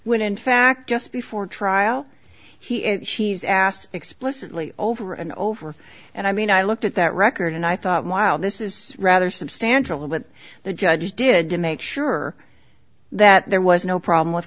when in fact just before trial he she's asked explicitly over and over and i mean i looked at that record and i thought wow this is rather substantial but the judge did to make sure that there was no problem with